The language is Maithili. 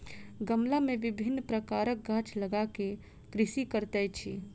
गमला मे विभिन्न प्रकारक गाछ लगा क कृषि करैत अछि